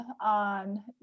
on